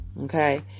Okay